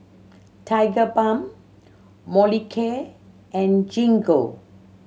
Tigerbalm Molicare and Gingko